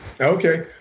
Okay